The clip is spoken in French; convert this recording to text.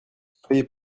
soyez